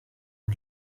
ont